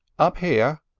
up here?